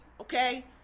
okay